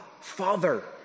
Father